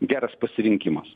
geras pasirinkimas